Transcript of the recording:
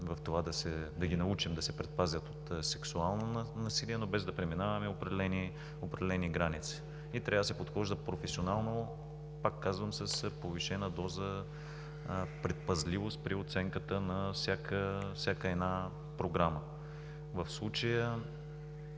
да ги научим да се предпазят от сексуално насилие, но без да преминаваме определени граници. Трябва да се подхожда професионално, пак казвам, с повишена доза предпазливост при оценката на всяка една програма. В случая